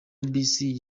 bisi